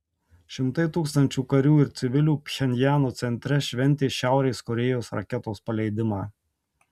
šimtai tūkstančių karių ir civilių pchenjano centre šventė šiaurės korėjos raketos paleidimą